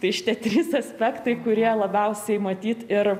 tai šitie trys aspektai kurie labiausiai matyt ir